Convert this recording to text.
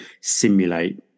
simulate